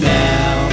now